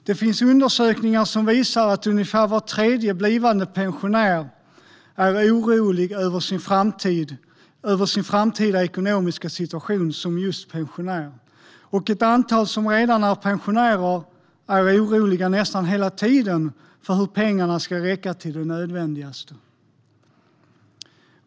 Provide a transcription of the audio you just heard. Det finns undersökningar som visar att ungefär var tredje blivande pensionär är orolig över sin framtida ekonomiska situation som pensionär, och ett antal som redan är pensionärer är oroliga nästan hela tiden för hur pengarna ska räcka till det nödvändigaste.